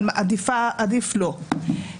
אבל עדיף לא.